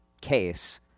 case